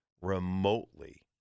remotely